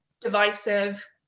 divisive